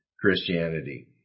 Christianity